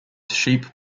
sheep